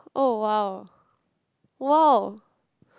oh !wow! !wow!